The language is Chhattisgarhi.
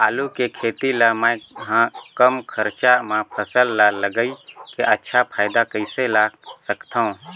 आलू के खेती ला मै ह कम खरचा मा फसल ला लगई के अच्छा फायदा कइसे ला सकथव?